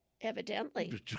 Evidently